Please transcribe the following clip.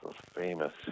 famous